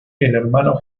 hermano